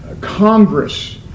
congress